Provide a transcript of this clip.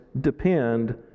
depend